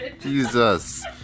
Jesus